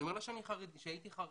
אני אומר לה שהייתי חרדי,